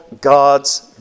God's